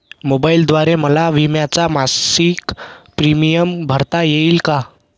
मोबाईलद्वारे मला विम्याचा मासिक प्रीमियम भरता येईल का?